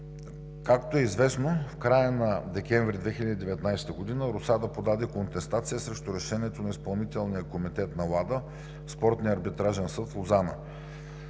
Както е известно, в края на месец декември 2019 г. РУСАДА подаде контестация срещу Решението на Изпълнителния комитет на WADA в Спортния арбитражен съд в Лозана.